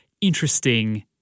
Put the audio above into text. interesting